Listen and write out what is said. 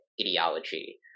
ideology